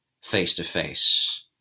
face-to-face